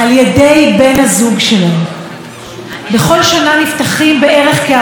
בכל שנה נפתחים בערך 14,000 תיקים של אלימות במשפחה.